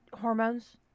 Hormones